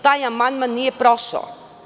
Taj amandman nije prošao.